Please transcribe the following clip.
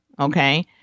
Okay